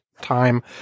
time